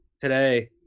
today